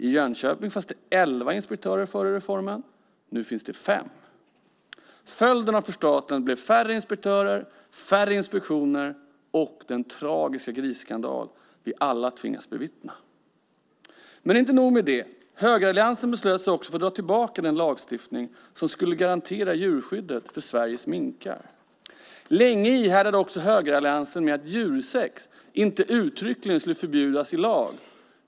I Jönköping fanns det 11 inspektörer före reformen, nu finns det 5. Följden av förstatligandet blev färre inspektörer, färre inspektioner och den tragiska grisskandal vi alla tvingats bevittna. Men det är inte nog med det. Högeralliansen beslöt sig också för att dra tillbaka den lagstiftning som skulle garantera djurskyddet för Sveriges minkar. Länge framhärdade också högeralliansen med att djursex inte uttryckligen skulle förbjudas i lag.